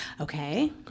okay